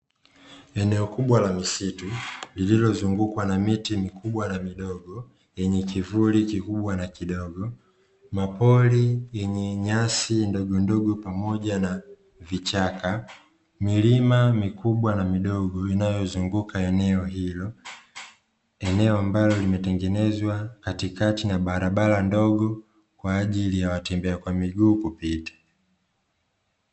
Eneo kubwa la misitu lililozungukwa na miti mikubwa na midogo, yenye kivuli kikubwa na kidogo, mapori yenye nyasi ndogondogo pamoja na vichaka, milima mikubwa na midogo inayozunguka eneo hilo, eneo ambalo limetengenezwa katikati na barabara ndogo kwa ajili ya watembea kwa miguu kupita.